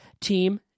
Team